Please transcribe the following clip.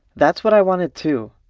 that's what i wanted too.